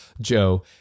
Joe